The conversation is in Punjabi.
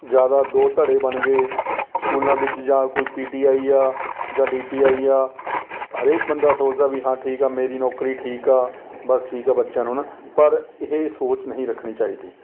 ਜ਼ਿਆਦਾ ਦੋ ਧੜੇ ਬਣ ਗਏ ਸਕੂਲਾਂ ਵਿੱਚ ਜਾਂ ਕੋਈ ਪੀਟੀਆਈ ਆ ਜਾਂ ਡੀਪੀਆਈ ਆ ਹਰੇਕ ਬੰਦਾ ਸੋਚਦਾ ਵੀ ਹਾਂ ਠੀਕ ਆ ਮੇਰੀ ਨੌਕਰੀ ਠੀਕ ਆ ਬੱਸ ਠੀਕ ਆ ਬੱਚਿਆਂ ਨੂੰ ਨਾ ਪਰ ਇਹ ਸੋਚ ਨਹੀਂ ਰੱਖਣੀ ਚਾਹੀਦੀ